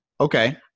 Okay